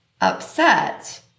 upset